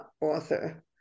author